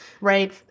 right